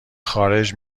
خارج